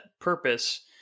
purpose